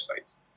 websites